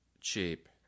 cheap